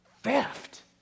Theft